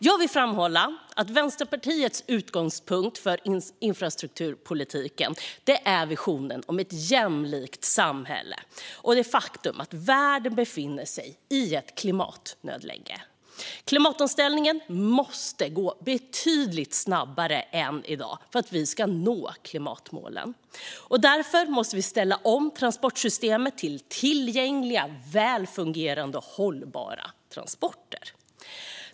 Jag vill framhålla att Vänsterpartiets utgångspunkter för infrastrukturpolitiken är visionen om ett jämlikt samhälle och det faktum att världen befinner sig i ett klimatnödläge. Klimatomställningen måste gå betydligt snabbare än i dag för att vi ska nå klimatmålen. Därför måste vi ställa om transportsystemet till tillgängliga, välfungerande och hållbara transporter.